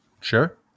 Sure